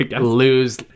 lose